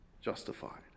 justified